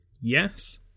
yes